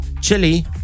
chili